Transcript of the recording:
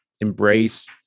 embrace